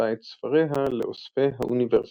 שצירפה את ספריה לאוספי האוניברסיטה.